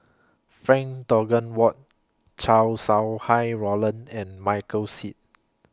Frank Dorrington Ward Chow Sau Hai Roland and Michael Seet